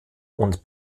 und